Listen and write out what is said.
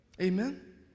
Amen